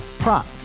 Prop